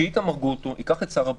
ושאיתמר גרוטו ייקח את שר הבריאות,